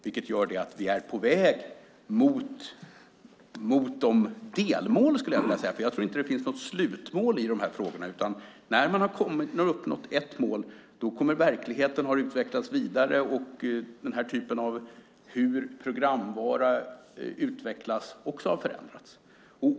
Det betyder att vi är på väg mot våra uppsatta delmål, skulle jag vilja säga, för jag tror inte att det finns något slutmål i de här frågorna. När man har uppnått ett mål kommer verkligheten att ha utvecklats vidare och hur den här typen av programvara utvecklas kommer också att ha förändrats.